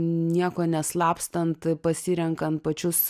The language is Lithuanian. nieko nesislapstant pasirenkant pačius